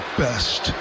best